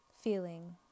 feeling